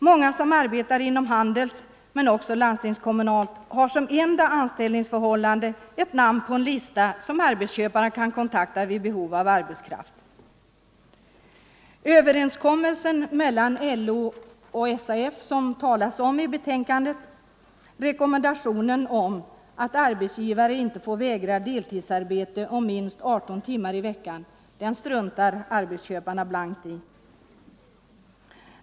Många som arbetar inom Handels, men också landstingskommunalt, har som enda anställningsförhållande ett namn på en lista som arbetsköparen kan använda för att få kontakt vid behov av arbetskraft. Överenskommelsen mellan LO och SAF, som det talas om i betänkandet, rekommendationen om att arbetsgivare inte får vägra deltidsarbete om minst 18 timmar i veckan, den struntar arbetsköparna blankt i.